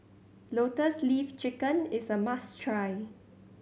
Lotus Leaf Chicken is a must try